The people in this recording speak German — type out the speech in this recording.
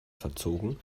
verzogen